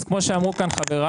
אז כמו שאמרו פה חבריי,